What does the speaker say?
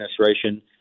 administration